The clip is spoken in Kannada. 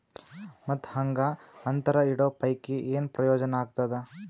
ಮತ್ತ್ ಹಾಂಗಾ ಅಂತರ ಇಡೋ ಪೈಕಿ, ಏನ್ ಪ್ರಯೋಜನ ಆಗ್ತಾದ?